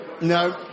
No